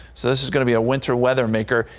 so this is going to be a winter weather maker,